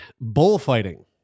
Bullfighting